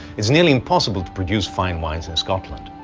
it's nearly impossible to produce fine wines in scotland.